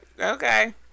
Okay